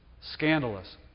Scandalous